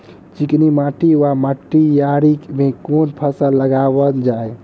चिकनी माटि वा मटीयारी मे केँ फसल लगाएल जाए?